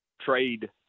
trade